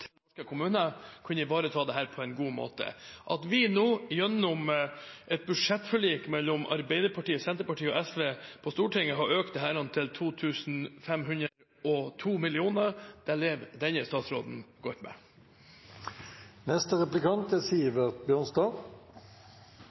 kunne ivaretatt dette på en god måte. At vi nå gjennom et budsjettforlik mellom Arbeiderpartiet, Senterpartiet og SV på Stortinget har økt dette til 2 502 mill. kr, lever denne statsråden godt med. En av grunnene til at Norge er